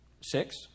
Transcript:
Six